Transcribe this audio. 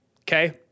Okay